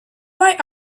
why